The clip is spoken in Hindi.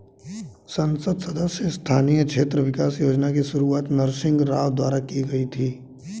संसद सदस्य स्थानीय क्षेत्र विकास योजना की शुरुआत नरसिंह राव द्वारा की गई थी